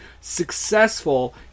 successful